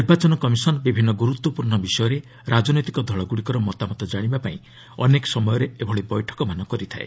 ନିର୍ବାଚନ କମିଶନ୍ ବିଭିନ୍ନ ଗୁରୁତ୍ୱପୂର୍ଣ୍ଣ ବିଷୟରେ ରାଜନୈତିକ ଦଳଗୁଡ଼ିକର ମତାମତ ଜାଶିବାପାଇଁ ଅନେକ ସମୟରେ ଏଭଳି ବୈଠକମାନ କରିଥାଏ